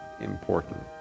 important